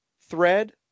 thread